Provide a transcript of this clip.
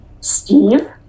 Steve